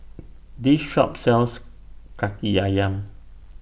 This Shop sells Kaki Ayam